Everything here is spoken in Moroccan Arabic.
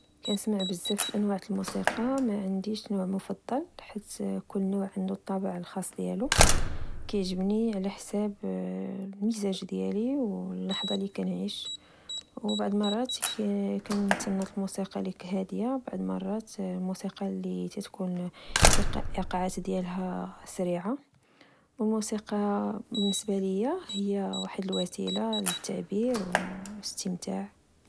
كنسمع بزاف الأنواع الموسيقى، ما عنديش نوع مفضل، حيث كل نوع عندو الطابع الخاص ديالو كيعجبني على حسب المزاج ديالي واللحظة لكنعيش. وبعض المرات كنتسنط الموسيقى الهادية، وبعض المرات كنتسنط لكتكون الإيقاعات ديالها سريعة. و الموسيقى بالنسبة ليا هي واحد الوسيلة للتعبير وللاستمتاع.